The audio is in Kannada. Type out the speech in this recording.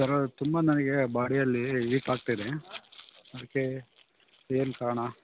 ಸರ ತುಂಬ ನನಗೆ ಬಾಡಿಯಲ್ಲಿ ವೀಕ್ ಆಗ್ತಿದೆ ಅದಕ್ಕೆ ಏನು ಕಾರಣ